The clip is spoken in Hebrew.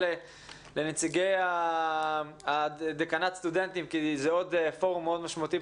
לנציגי דיקנט הסטודנטים כי זה עוד פורום משמעותי,